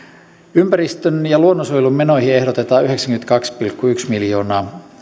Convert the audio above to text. ympäristön ja luonnonsuojelun menoihin ehdotetaan yhdeksänkymmentäkaksi pilkku yksi miljoonaa